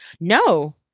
No